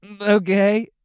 okay